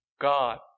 God